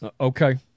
Okay